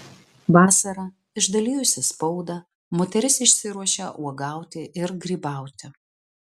vasarą išdalijusi spaudą moteris išsiruošia uogauti ir grybauti